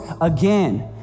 again